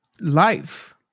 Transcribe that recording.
life